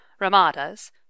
ramadas